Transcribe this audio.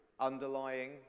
underlying